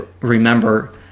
remember